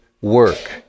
work